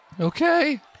Okay